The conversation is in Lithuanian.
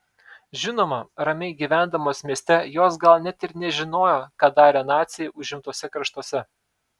žinoma ramiai gyvendamos mieste jos gal net ir nežinojo ką darė naciai užimtuose kraštuose